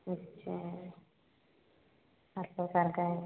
अच्छा सब प्रकार का है